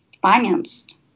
financed